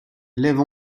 lève